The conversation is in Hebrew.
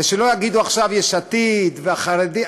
ושלא יגידו עכשיו, יש עתיד, והחרדים.